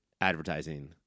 advertising